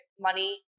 money